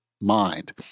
mind